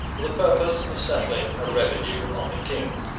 for the purpose of settling a revenue on the king.